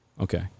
Okay